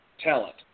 talent